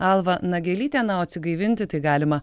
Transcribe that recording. alva nagelytė na o atsigaivinti tai galima